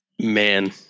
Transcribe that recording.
Man